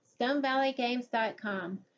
StoneValleyGames.com